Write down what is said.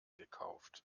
gekauft